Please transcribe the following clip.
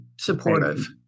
supportive